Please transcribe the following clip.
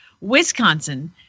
Wisconsin